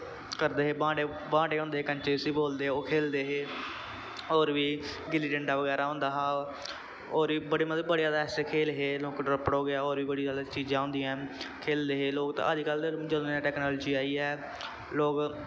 करदे हे बांटे बांटे होंदे हे कंचे उसी बोलदे हे ओह् खेलदे हे होर बी गिल्ली डंडा बगैरा होंदा हा होर मतलब बी बड़े ज्यादा ऐसे खेल हे नुकत्क त्रप्पड़ हो गेआ होर बी बड़ी ज्यादा चीजां होंदियां हां खेलदे हे लोग ते अज्जकल ते जदूं दी टैकनलाजी आई ऐ लोग